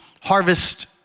harvest